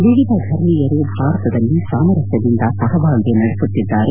ವಿವಿಧ ಧರ್ಮೀಯರು ಭಾರತದಲ್ಲಿ ಸಾಮರಸ್ಥದಿಂದ ಸಹಬಾಳ್ವೆ ನಡೆಸುತ್ತಿದ್ದಾರೆ